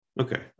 Okay